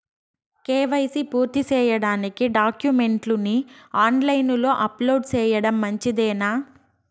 KYC పూర్తి సేయడానికి డాక్యుమెంట్లు ని ఆన్ లైను లో అప్లోడ్ సేయడం మంచిదేనా?